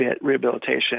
rehabilitation